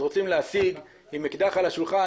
אז רוצים להשיג יותר עם אקדח על השולחן,